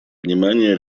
внимание